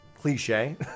cliche